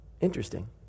Interesting